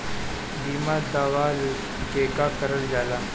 बीमा दावा केगा करल जाला?